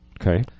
Okay